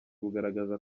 bugaragaza